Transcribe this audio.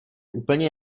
úplně